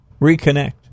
reconnect